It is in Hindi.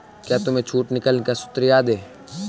क्या तुम्हें छूट निकालने का सूत्र याद है?